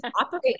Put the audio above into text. operate